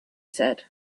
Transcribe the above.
said